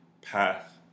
path